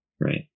right